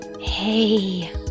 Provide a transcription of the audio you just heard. Hey